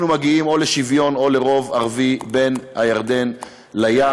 אנחנו מגיעים או לשוויון או לרוב ערבי בין הירדן לים,